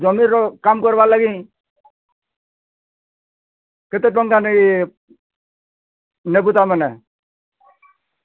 ଜମିର କାମ୍ କର୍ବାକେ ଲାଗି କେତେ ଟଙ୍କା ନେଇ ନେବୁ ତା'ମାନେ